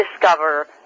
discover